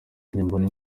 simbona